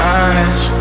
eyes